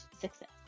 success